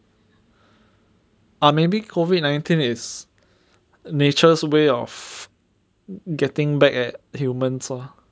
ah maybe COVID nineteen is nature's way of getting back at humans lor